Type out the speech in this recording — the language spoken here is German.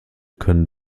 können